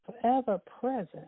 forever-present